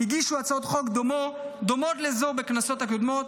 הגישו הצעות חוק דומות לזו בכנסות הקודמות,